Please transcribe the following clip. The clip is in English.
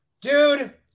Dude